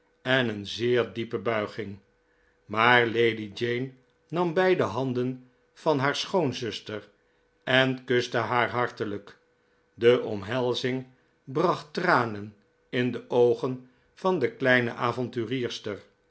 en een zeer diepe buiging maar lady jane nam beide handen van haar schoonzuster en kuste haar hartelijk de omhelzing bracht tranen in de oogen van de kleine avonturierster